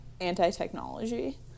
anti-technology